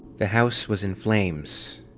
the house was in flames,